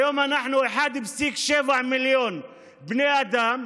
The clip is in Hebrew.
והיום אנחנו 1.7 מיליון בני אדם.